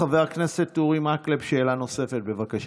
חבר הכנסת אורי מקלב, שאלה נוספת, בבקשה.